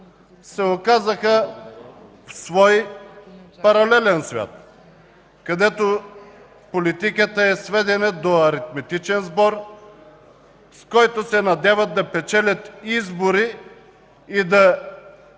се оказаха в свой паралелен свят, където политиката е сведена до аритметичен сбор, с който се надяват да печелят избори и да